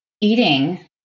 eating